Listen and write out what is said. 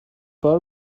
بار